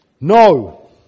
No